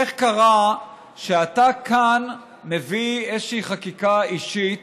איך קרה שאתה כאן מביא איזושהי חקיקה אישית,